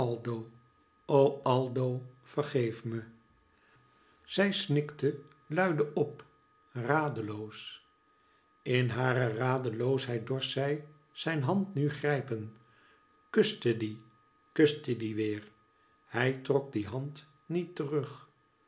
o aldo vergeef me zij snikte luide op radeloos in hare radeloosheid dorst zij zijn hand nu grijpen kuste die kuste die weer hij trok die hand niet terug